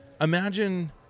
imagine –